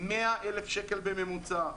100,000 שקל בממוצע.